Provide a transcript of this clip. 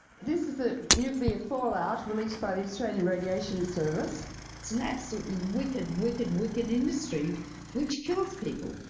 this is a nuclear fallout released by the australian radiation service it's an absolutely wicked, wicked wicked industry which kills people.